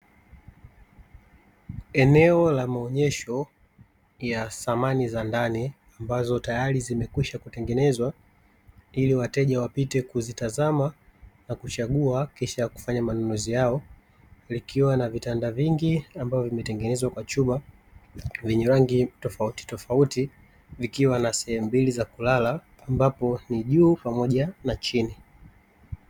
Eneo la maonyesho ya samani za ndani, ambazo tayari zimekwisha kutengenezwa. Ili wateja wapite kuzitazama na kuchagua kisha ya kufanya maamuzi yao. Likiwa na vitanda vingi ambavyo vimetengenezwa kwa chuma, vyenye rangi tofautitofauti, vikiwa na sehemu mbili za kulala, ambapo ni juu pamoja na chini.